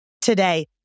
today